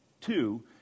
two